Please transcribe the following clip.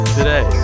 Today